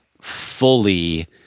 fully